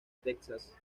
texas